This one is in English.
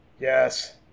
Yes